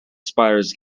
spiders